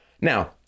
Now